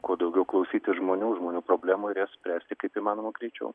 kuo daugiau klausytis žmonių žmonių problemų ir jas spręsti kaip įmanoma greičiau